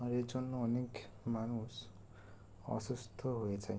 আর এজন্য অনেক মানুষ অসুস্থ হয়েছে